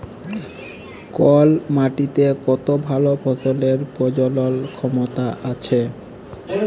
call মাটিতে কত ভাল ফসলের প্রজলল ক্ষমতা আছে